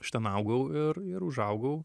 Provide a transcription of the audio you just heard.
aš ten augau ir ir užaugau